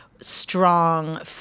strong